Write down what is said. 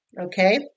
Okay